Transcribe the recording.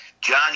John